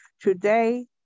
Today